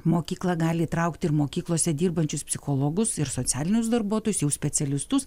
mokykla gali įtraukt ir mokyklose dirbančius psichologus ir socialinius darbuotojus jau specialistus